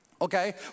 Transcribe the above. Okay